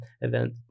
event